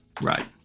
right